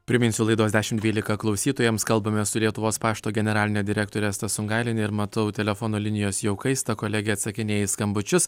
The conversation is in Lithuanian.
priminsiu laidos dešimt dvylika klausytojams kalbamės su lietuvos pašto generaline direktorė asta sungailienė ir matau telefono linijos jau kaista kolegė atsakinėja į skambučius